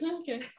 okay